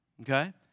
okay